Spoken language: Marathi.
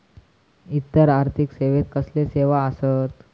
इतर आर्थिक सेवेत कसले सेवा आसत?